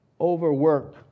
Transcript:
overwork